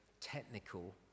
technical